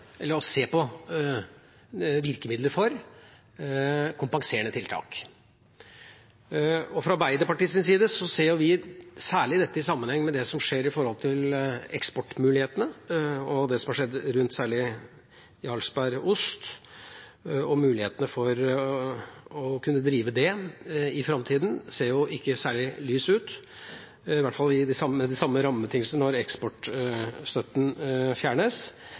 virkemidler som kompenserende tiltak. Fra Arbeiderpartiets side ser vi dette i sammenheng med det som skjer med eksportmulighetene, og særlig det som har skjedd rundt Jarlsberg-ost. Det ser ikke særlig lyst ut for mulighetene for å kunne drive det i framtida – i hvert fall ikke med de samme rammebetingelsene – når eksportstøtten fjernes.